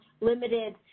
limited